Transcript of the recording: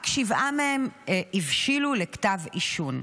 רק שבעה מהם הבשילו לכתב אישום.